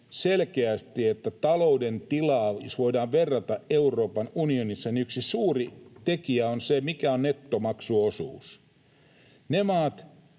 selkeästi, että jos voidaan verrata talouden tilaa Euroopan unionissa, niin yksi suuri tekijä on se, mikä on nettomaksuosuus. Ne maat,